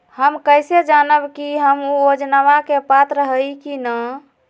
हम कैसे जानब की हम ऊ योजना के पात्र हई की न?